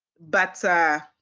but